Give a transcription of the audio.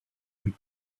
you